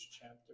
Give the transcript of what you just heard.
chapter